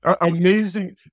Amazing